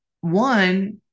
one